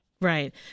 Right